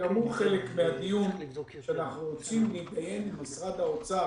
שגם הוא חלק מהדיון שאנחנו רוצים להתדיין עם משרד האוצר,